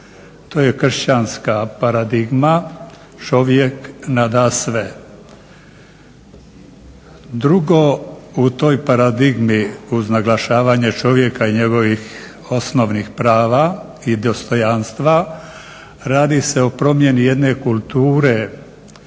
To je kršćanska paradigma, čovjek nadasve. Drugo u toj paradigmi, uz naglašavanje čovjeka i njegovih osnovnih prava i dostojanstva, radi se o promjeni jedne kulture,